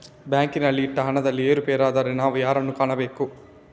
ಬ್ಯಾಂಕಿನಲ್ಲಿ ಇಟ್ಟ ಹಣದಲ್ಲಿ ಏರುಪೇರಾದರೆ ನಾವು ಯಾರನ್ನು ಕಾಣಬೇಕು?